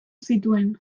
zituen